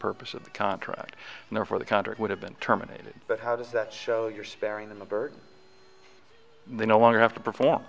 purpose of the contract and therefore the contract would have been terminated but how does that show your sparing the burden they no longer have to